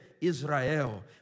Israel